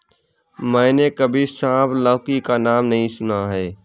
मैंने कभी सांप लौकी का नाम नहीं सुना है